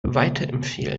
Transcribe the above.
weiterempfehlen